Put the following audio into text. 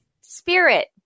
spirit